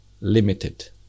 limited